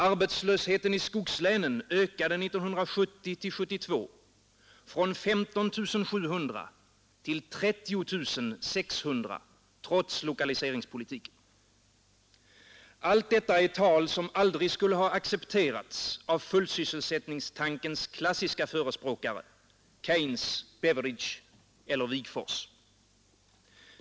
Arbetslösheten i skogslänen ökade från 1970 till 1972 från 15 700 till 30 600 trots lokaliseringspolitiken. Allt detta är tal som aldrig skulle ha accepterats av fullsysselsättningstankens klassiska förespråkare Keynes, Beveridge eller Wigforss.